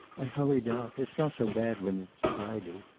i hurried out. it's not so bad when it's tidy.